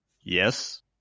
Yes